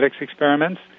experiments